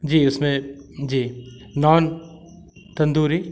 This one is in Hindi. जी उसमें जी नान तंदूरी